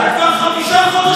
אתה כבר חמישה חודשים המום.